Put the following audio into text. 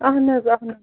اَہن حظ اَہن حظ